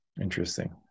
Interesting